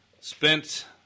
spent